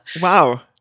wow